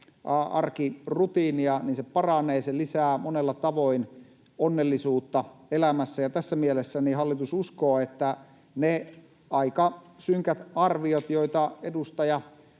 arkirutiinia, ja se lisää monella tavoin onnellisuutta elämässä. Tässä mielessä hallitus uskoo, että ne aika synkät arviot, joita edustaja